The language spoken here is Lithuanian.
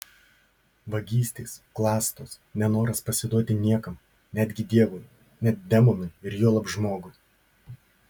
vagystės klastos nenoras pasiduoti niekam netgi dievui net demonui ir juolab žmogui